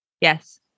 yes